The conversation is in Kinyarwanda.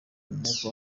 umwuka